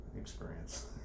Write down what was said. experience